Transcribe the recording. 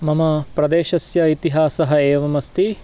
मम प्रदेशस्य इतिहासः एवमस्ति